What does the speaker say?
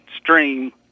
stream